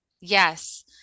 Yes